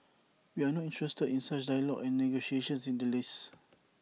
we are not interested in such dialogue and negotiations in the least